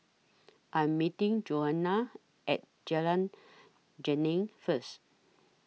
I'm meeting Johanna At Jalan Geneng First